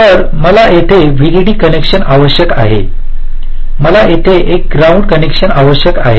तर मला येथे व्हीडीडी कनेक्शन आवश्यक आहे मला येथे एक ग्राउंड कनेक्शन आवश्यक आहे